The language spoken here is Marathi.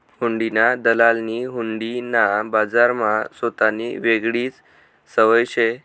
हुंडीना दलालनी हुंडी ना बजारमा सोतानी येगळीच वयख शे